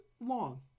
long